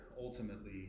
ultimately